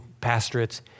pastorates